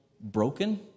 broken